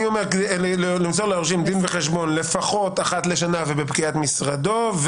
אומר: "ימסור ליורשים דין וחשבון לפחות אחת לשנה ובפקיעת משרתו,